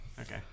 okay